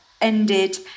ended